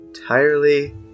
entirely